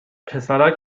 پسرک